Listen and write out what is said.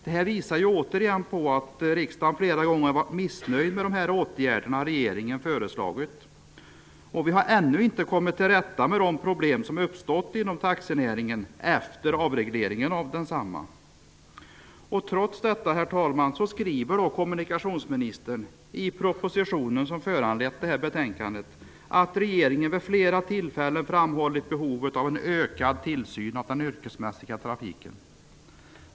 Det visar igen att riksdagen flera gånger varit missnöjd med de åtgärder som regeringen har föreslagit. Vi har ännu inte kommit till rätta med de problem som uppstått inom taxinäringen efter avregleringen av densamma. Trots detta, herr talman, skriver kommunikationsministern i propositionen som föranlett betänkandet att regeringen vid flera tillfällen framhållit behovet av en ökad tillsyn av den yrkesmässiga trafiken.